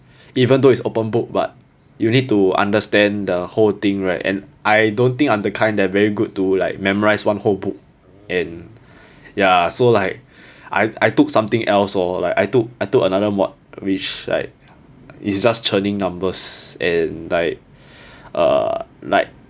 even though it's open book but you need to understand the whole thing right and I don't think I'm the kind that very good to like memorize one whole book and ya so like I I took something else or like I took I took another mod which like it's just churning numbers and like uh like